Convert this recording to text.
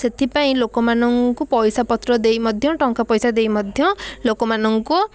ସେଥିପାଇଁ ଲୋକମାନଙ୍କୁ ପଇସାପତ୍ର ଦେଇ ମଧ୍ୟ ଟଙ୍କା ପଇସା ଦେଇ ମଧ୍ୟ ଲୋକମାନଙ୍କୁ